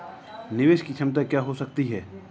निवेश की क्षमता क्या हो सकती है?